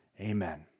Amen